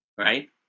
Right